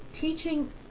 teaching